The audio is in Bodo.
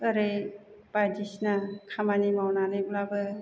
ओरै बायदिसिना खामानि मावनानैब्लाबो